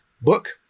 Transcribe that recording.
book